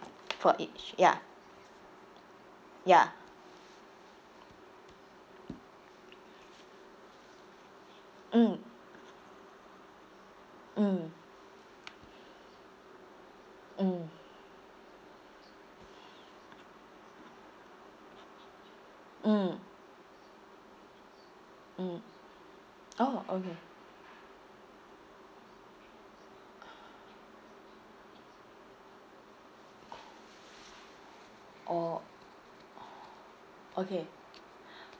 for each ya ya mm mm mm mm mm orh okay orh okay